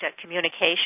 communication